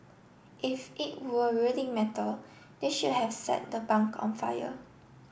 if it were really metal they should have set the bunk on fire